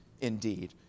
indeed